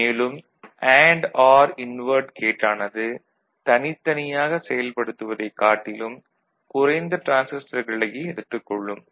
மேலும் and or invert gate ஆனது தனித்தனியாகச் செயல்படுத்துவதைக் காட்டிலும் குறைந்த டிரான்சிஸ்டர்களையே எடுத்துக் கொள்ளும்